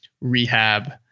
rehab